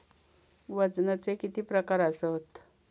वजनाचे किती प्रकार आसत?